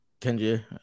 Kenji